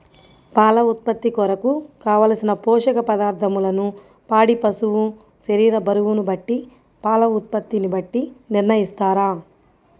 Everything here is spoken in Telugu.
పాల ఉత్పత్తి కొరకు, కావలసిన పోషక పదార్ధములను పాడి పశువు శరీర బరువును బట్టి పాల ఉత్పత్తిని బట్టి నిర్ణయిస్తారా?